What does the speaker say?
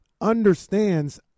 understands